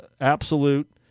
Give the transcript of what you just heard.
absolute